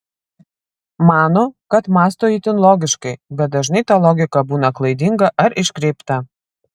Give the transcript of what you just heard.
mano kad mąsto itin logiškai bet dažnai ta logika būna klaidinga ar iškreipta